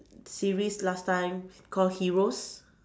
series last time called heroes